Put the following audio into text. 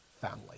family